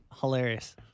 hilarious